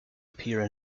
appear